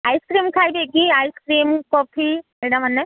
ice cream ଖାଇବେ କି ice cream coffee ଏଟା ମାନେ